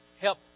help